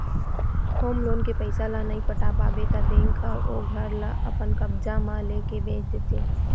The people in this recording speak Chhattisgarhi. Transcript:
होम लोन के पइसा ल नइ पटा पाबे त बेंक ह ओ घर ल अपन कब्जा म लेके बेंच देथे